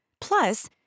plus